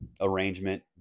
arrangement